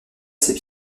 ses